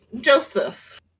joseph